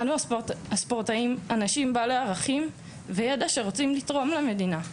אנו הספורטאים אנשים בעלי ערכים וידע שרוצים לתרום למדינה,